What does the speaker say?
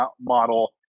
model